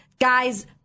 guys